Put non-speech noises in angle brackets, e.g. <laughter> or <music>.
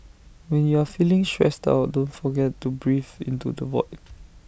when you are feeling stressed out don't forget to breathe into the void <noise>